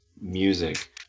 music